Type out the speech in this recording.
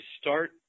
start